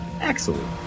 excellent